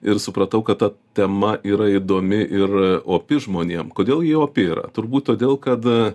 ir supratau kad ta tema yra įdomi ir opi žmonėm kodėl ji opi yra turbūt todėl kad